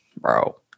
bro